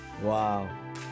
Wow